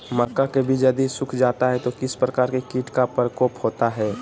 मक्का के बिज यदि सुख जाता है तो किस प्रकार के कीट का प्रकोप होता है?